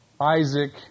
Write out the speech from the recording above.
Isaac